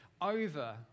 over